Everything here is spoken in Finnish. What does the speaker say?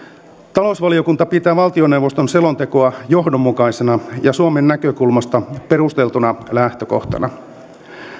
talousvaliokunta pitää valtioneuvoston selontekoa johdonmukaisena ja suomen näkökulmasta perusteltuna lähtökohtana